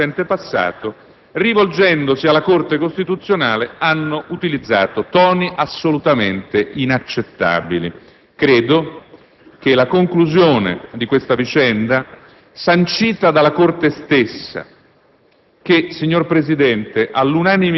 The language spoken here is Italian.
spesso, anche in un recente passato, rivolgendosi alla Corte costituzionale, hanno utilizzato toni assolutamente inaccettabili. Credo che la conclusione di questa vicenda, sancita dalla Corte stessa,